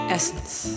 Essence